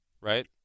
right